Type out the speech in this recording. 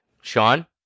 Sean